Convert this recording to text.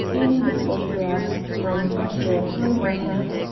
in the photograph from under a panama hat,